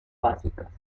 básicas